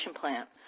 plant